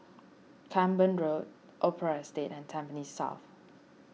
Camborne Road Opera Estate and Tampines South